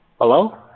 Hello